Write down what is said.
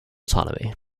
autonomy